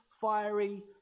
fiery